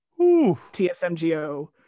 tsmgo